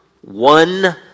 one